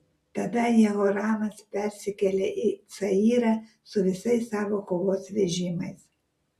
tada jehoramas persikėlė į cayrą su visais savo kovos vežimais